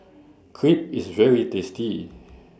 Crepe IS very tasty